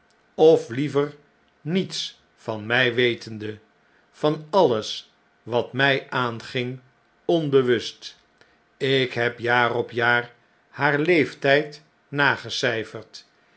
of liever niets van mij wetende van alles wat my aanging onbewust ik heb jaar op jaar haar leeftyd nagecijferd